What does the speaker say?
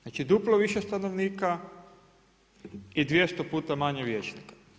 Znači duplo više stanovnika i 200 puta manje vijećnika.